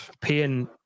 paying